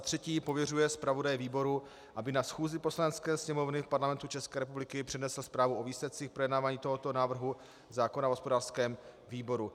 3. pověřuje zpravodaje výboru, aby na schůzi Poslanecké sněmovny Parlamentu České republiky přednesl zprávu o výsledcích projednávání tohoto návrhu zákona v hospodářském výboru;